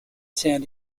san